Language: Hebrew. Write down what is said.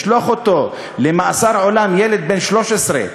לשלוח אותו למאסר עולם, ילד בן 13?